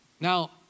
Now